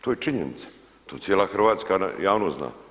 To je činjenica, to cijela hrvatska javnost zna.